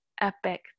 epic